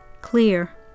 Clear